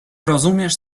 rozumiesz